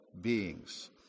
beings